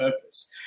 purpose